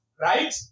Right